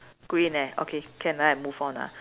green eh okay can right move on ah